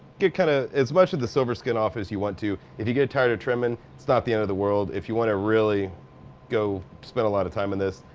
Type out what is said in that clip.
get kind of as much of the silver skin off as you want to. if you get tired of trimmin', it's not the end of the world. if you wanna really spend a lot of time on this,